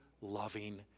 loving